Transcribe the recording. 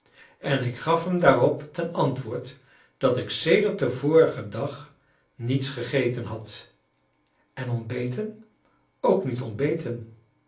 en ik gaf hem daarop ten antwoord dat ik sedert den vorigen dag niets gegeten had en ontbeten ook niet ontbeten